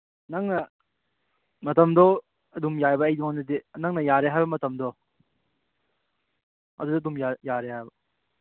ꯅꯪꯅ ꯃꯇꯝꯗꯣ ꯑꯗꯨꯝ ꯌꯥꯏꯕ ꯑꯩꯉꯣꯟꯗꯗꯤ ꯅꯪꯅ ꯌꯥꯔꯦ ꯍꯥꯏꯕ ꯃꯇꯝꯗꯣ ꯑꯗꯨꯗ ꯑꯗꯨꯝ ꯌꯥꯔꯦ ꯍꯥꯏꯕ